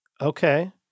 Okay